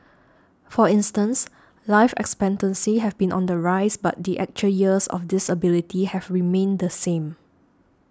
for instance life expectancy have been on the rise but the actual years of disability have remained the same